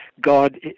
God